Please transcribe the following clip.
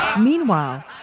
Meanwhile